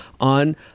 on